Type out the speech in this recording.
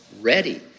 ready